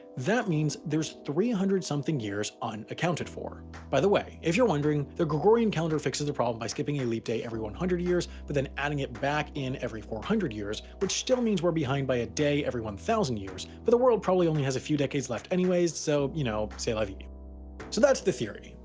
that means there's three hundred something years unaccounted for. by the way, if you're wondering, the gregorian calendar fixes the problem by skipping a leap day every one hundred years, but then adding it back in every four hundred years, which still means we're behind by a day every one thousand years, but the world probably only has a few decades left anyways so, you know, c'est la vie. so that's the theory.